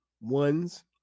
one's